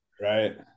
Right